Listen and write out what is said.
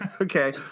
Okay